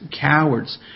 cowards